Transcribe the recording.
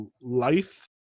Life